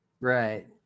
right